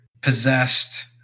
Possessed